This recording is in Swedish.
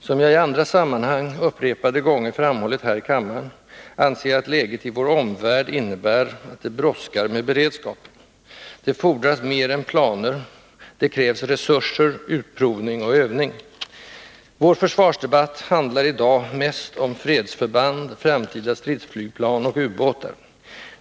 Som jag i andra sammanhang upprepade gånger har framhållit här i kammaren anser jag att läget i vår omvärld innebär att det brådskar med beredskapen. Det fordras mer än planer. Det krävs resurser, utprovning och övning. Vår försvarsdebatt handlar i dag mest om fredsförband, framtida stridsflygplan och ubåtar.